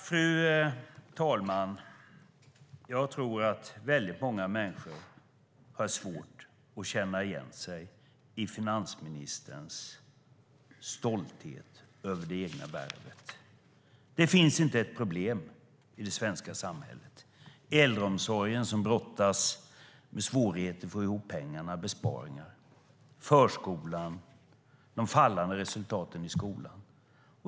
Fru talman! Jag tror att många människor har svårt att förstå finansministerns stolthet över det egna värvet. Det finns inte ett problem i det svenska samhället. Äldreomsorgen brottas med svårigheter att få ihop pengar och med besparingar, och det är problem i förskolan och med de fallande resultaten i skolan.